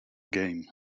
game